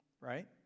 Right